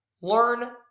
Learn